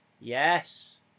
Yes